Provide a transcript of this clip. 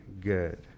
good